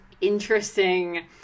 interesting